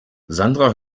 sandra